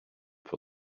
for